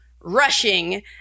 rushing